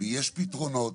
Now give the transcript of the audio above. יש פתרונות,